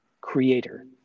creator